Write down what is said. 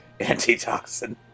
antitoxin